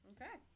Okay